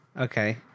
Okay